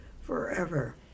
forever